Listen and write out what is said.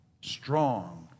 strong